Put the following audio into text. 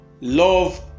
Love